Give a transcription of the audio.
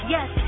Yes